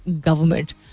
government